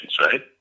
right